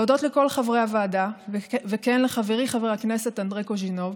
אני מבקשת להודות לכל חברי הוועדה וכן לחברי חבר הכנסת אנדרי קוז'ינוב,